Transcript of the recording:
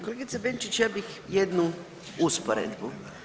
Kolegice Benčić, ja bih jednu usporedbu.